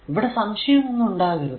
ഇവിടെ സംശയം ഒന്നും ഉണ്ടാകരുത്